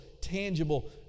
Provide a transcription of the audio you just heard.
tangible